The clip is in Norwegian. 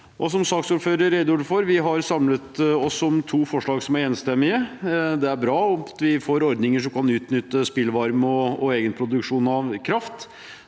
redegjorde for, har vi samlet oss om to forslag som er enstemmige. Det er bra at vi får ordninger som kan utnytte spillvarme og egenproduksjon av kraft.